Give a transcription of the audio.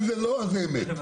אם זה לא, אז זו אמת.